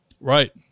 Right